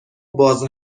باز